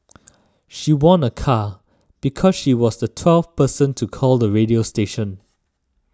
she won a car because she was the twelfth person to call the radio station